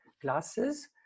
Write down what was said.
glasses